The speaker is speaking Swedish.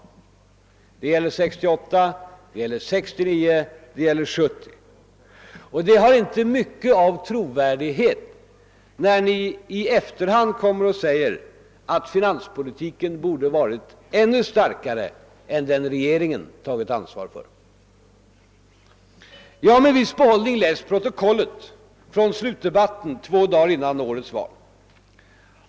Det gäller 1968, 1969 och 1970. Det låter inte särskilt trovärdigt när ni i efterhand säger att regeringen borde ha fört en ännu stramare finanspolitik. Jag har med en viss behållning läst protokollet från slutdebatten två dagar före årets val.